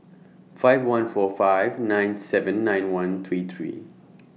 five one four five nine seven nine one three three